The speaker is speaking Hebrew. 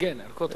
ערכות המגן.